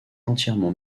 entièrement